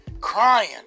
crying